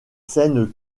scènes